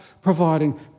providing